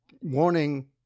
warning